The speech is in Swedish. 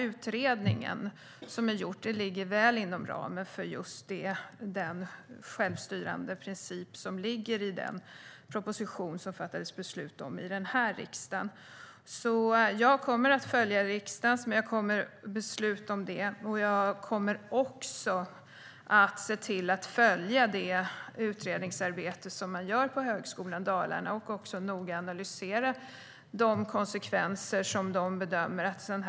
Utredningen som gjorts ligger väl inom ramen för den självstyrande princip som finns i den proposition som det fattats beslut om i riksdagen. Jag kommer att följa riksdagens beslut, och jag kommer också att följa det utredningsarbete som sker vid Högskolan Dalarna samt noggrant analysera de konsekvenser som de bedömer behöver göras.